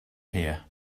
here